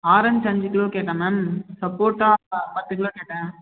orange அஞ்சு kilo கேட்டேன் ma'am சப்போட்டா பத்து கிலோ கேட்டேன்